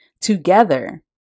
together